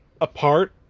apart